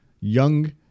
young